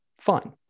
Fine